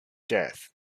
death